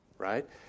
Right